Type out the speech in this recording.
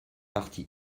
partie